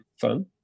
fun